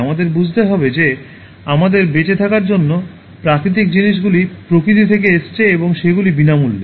আমাদের বুঝতে হবে যে আমাদের বেঁচে থাকার জন্য প্রয়োজনীয় জিনিসগুলি প্রকৃতি থেকে এসেছে এবং সেগুলি বিনামূল্যে